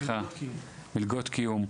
מלגות קיום,